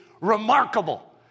remarkable